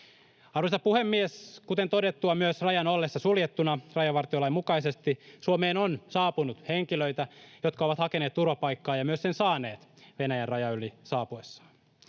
Arvoisa puhemies! Kuten todettua, myös rajan ollessa suljettuna rajavartiolain mukaisesti, Suomeen on saapunut henkilöitä, jotka ovat hakeneet turvapaikkaa ja myös sen saaneet Venäjän rajan yli saapuessaan.